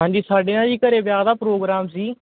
ਹਾਂਜੀ ਸਾਡੇ ਨਾ ਜੀ ਘਰ ਵਿਆਹ ਦਾ ਪ੍ਰੋਗਰਾਮ ਸੀ